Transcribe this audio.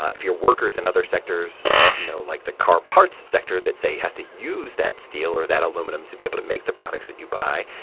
ah if you're workers in and other sectors, you know, like the car parts sector that, say, has to use that steel or that aluminum to be able to make the products that you buy,